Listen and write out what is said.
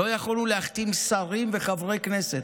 לא יכולנו להחתים שרים וחברי כנסת,